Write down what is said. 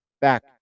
back